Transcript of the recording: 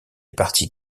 partis